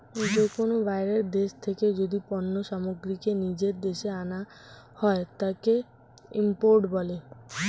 যে কোনো বাইরের দেশ থেকে যদি পণ্য সামগ্রীকে নিজের দেশে আনা হয়, তাকে ইম্পোর্ট বলে